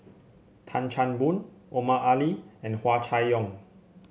Tan Chan Boon Omar Ali and Hua Chai Yong